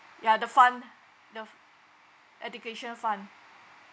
ya the fund the f~ education fund